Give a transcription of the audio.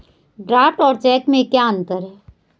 Draft और cheque में क्या अंतर है?